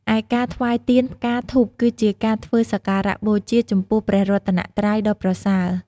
ឯការថ្វាយទៀន ផ្កា ធូប គឺជាការធ្វើសក្ការបូជាចំពោះព្រះរតនត្រ័យដ៏ប្រសើរ។